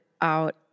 out